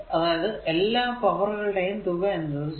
അതായതു എല്ലാ പൌറുകളുടെയും തുക എന്നത് 0